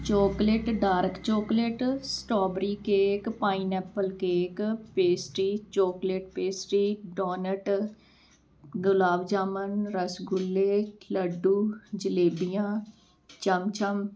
chocolate dark chocolate strawberry cake pineapple cake pastry chocolate pastry donut gulab jamun ਰਸਗੁੱਲੇ ਲੱਡੂ ਜਲੇਬੀਆਂ ਚਮਚਮ